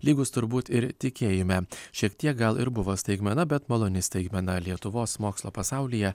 lygus turbūt ir tikėjime šiek tiek gal ir buvo staigmena bet maloni staigmena lietuvos mokslo pasaulyje